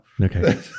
Okay